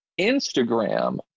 Instagram